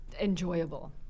enjoyable